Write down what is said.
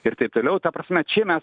ir taip toliau ta prasme čia mes